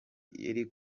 iri